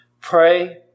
pray